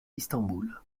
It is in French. istanbul